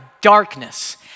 darkness